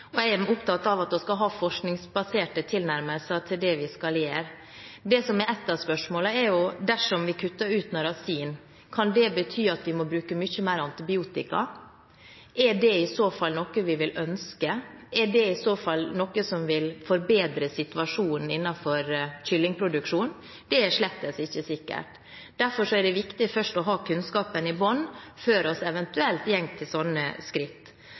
Jeg er opptatt av at vi skal ha forskningsbaserte tilnærmelser til det vi skal gjøre. Det som er ett av spørsmålene, er: Dersom vi kutter ut narasin, kan det bety at vi må bruke mye mer antibiotika? Er det i så fall noe vi ønsker? Er det i så fall noe som vil forbedre situasjonen innenfor kyllingproduksjonen? Det er slett ikke sikkert. Derfor er det viktig først å ha kunnskapen i bunnen, før vi eventuelt går til slike skritt.